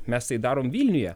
mes tai darom vilniuje